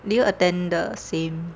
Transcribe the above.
do you attend the same